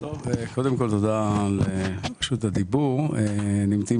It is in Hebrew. קודם כל תודה על רשות הדיבור נמצאים,